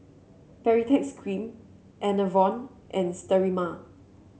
Baritex Cream Enervon and Sterimar